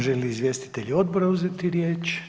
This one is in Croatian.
Žele li izvjestitelji odbora uzeti riječ?